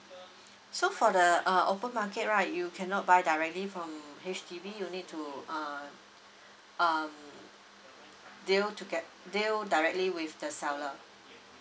so for the uh open market right you cannot buy directly from H_D_B you need to uh um deal to get deal directly with the seller